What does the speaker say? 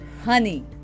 honey